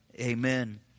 Amen